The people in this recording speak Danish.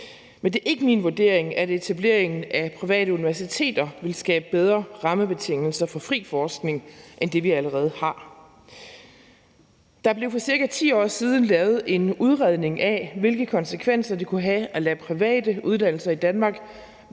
Men det er ikke min vurdering, at etableringen af private universiteter vil skabe bedre rammebetingelser for fri forskning end det, vi allerede har. Der blev for ca. 10 år siden lavet en udredning af, hvilke konsekvenser det kunne have at lade private uddannelser i Danmark